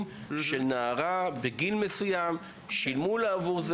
צילומי המסך, אנחנו צריכים לקבל את שם המודיע.